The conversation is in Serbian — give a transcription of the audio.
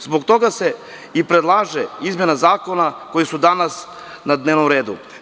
Zbog toga se i predlažu izmene zakona koje su danas na dnevnom redu.